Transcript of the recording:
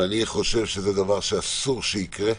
ואני חושב שזה דבר שאסור שיקרה.